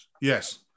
yes